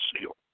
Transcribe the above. seal